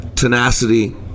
Tenacity